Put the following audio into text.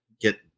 get